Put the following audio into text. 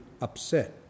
upset